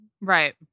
right